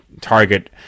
target